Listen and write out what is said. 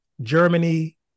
Germany